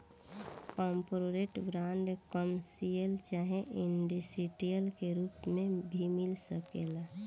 corporate bond, commercial चाहे industrial के रूप में भी मिल सकेला